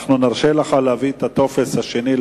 אנחנו נרשה לך להביא את הטופס השני,